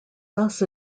thus